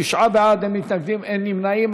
תשעה בעד, אין מתנגדים, אין נמנעים.